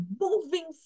moving